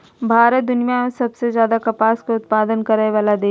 भारत दुनिया में सबसे ज्यादे कपास के उत्पादन करय वला देश हइ